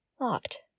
Locked